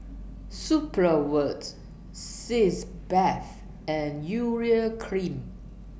Supravit Sitz Bath and Urea Cream